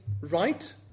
right